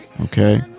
Okay